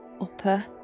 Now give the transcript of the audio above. upper